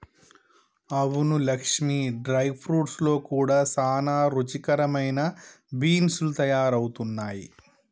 అవును Lakshmi dry fruits లో కూడా సానా రుచికరమైన బీన్స్ లు తయారవుతున్నాయి